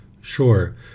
sure